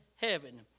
heaven